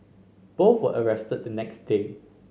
both were arrested the next day